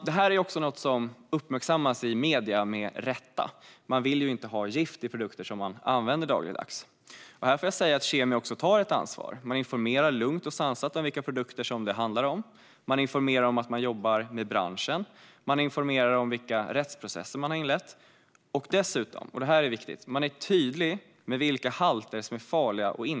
Det här är också något som med rätta uppmärksammas i medierna. Man vill ju inte ha gift i produkter som man använder dagligdags. Här får jag säga att Kemikalieinspektionen också tar ett ansvar. Man informerar lugnt och sansat om vilka produkter det handlar om, man informerar om att man jobbar med branschen, man informerar om vilka rättsprocesser man inlett och dessutom, vilket är viktigt, är man tydlig med vilka halter som är farliga och inte.